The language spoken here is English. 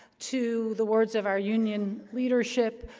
to the words of our union leadership.